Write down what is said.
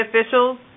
officials